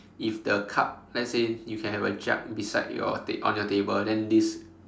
if the cup let's say you can have a jug beside your ta~ on your table then this